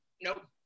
Nope